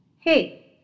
Hey